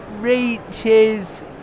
reaches